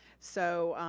so